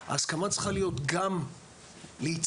ההסכמה צריכה להיות גם להצטלם,